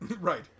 Right